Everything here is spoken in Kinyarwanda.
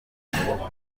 ry’umutungo